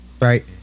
right